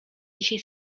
dzisiaj